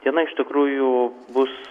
diena iš tikrųjų bus